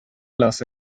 lösa